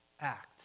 act